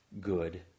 good